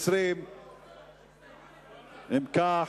20. אם כך,